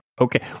Okay